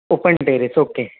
open terrace okay